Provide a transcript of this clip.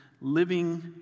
living